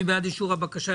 מי בעד אישור הבקשה?